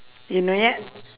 you not yet